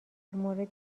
مورد